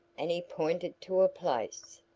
and he pointed to a place.